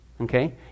okay